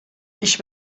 ich